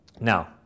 Now